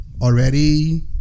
already